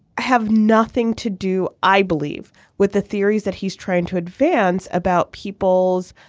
have nothing to do i believe with the theories that he's trying to advance about people's